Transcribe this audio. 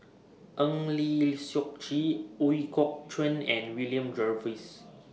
Eng Lee Seok Chee Ooi Kok Chuen and William Jervois